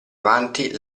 avanti